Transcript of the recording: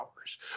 hours